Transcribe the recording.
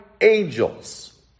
angels